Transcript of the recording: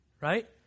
right